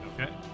Okay